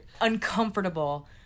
uncomfortable